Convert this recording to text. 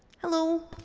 hello.